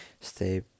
stay